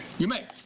you may.